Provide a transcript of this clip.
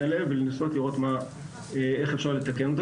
האלה ולנסות לראות איך אפשר לתקן אותם.